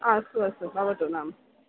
हा अस्तु अस्तु भवतु नाम